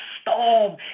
storm